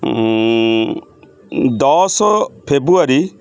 ଦଶ ଫେବୃଆରୀ